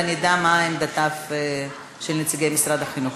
ונדע מה עמדתם של נציגי משרד החינוך.